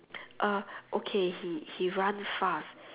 uh okay he he runs fast